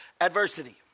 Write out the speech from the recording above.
adversity